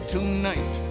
Tonight